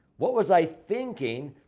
what was i thinking?